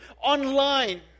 online